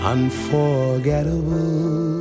Unforgettable